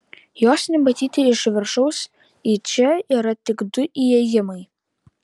jos nematyti iš viršaus į čia yra tik du įėjimai